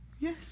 Yes